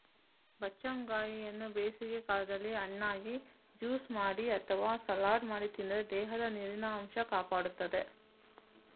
ಬಚ್ಚಂಗಾಯಿಯನ್ನ ಬೇಸಿಗೆ ಕಾಲದಲ್ಲಿ ಹಣ್ಣಾಗಿ, ಜ್ಯೂಸು ಮಾಡಿ ಅಥವಾ ಸಲಾಡ್ ಮಾಡಿ ತಿಂದ್ರೆ ದೇಹದ ನೀರಿನ ಅಂಶ ಕಾಪಾಡ್ತದೆ